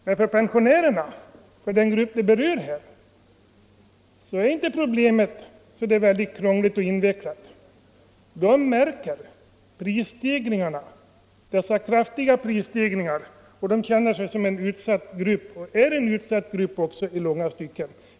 Men för pensionärerna, den grupp som berörs här, är problemet inte särskilt krångligt och invecklat. Pensionärerna märker de kraftiga prisstegringarna. De känner sig som en utsatt grupp, och de är också en utsatt grupp i långa stycken.